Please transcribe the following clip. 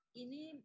ini